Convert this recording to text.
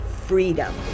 freedom